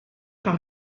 par